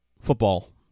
football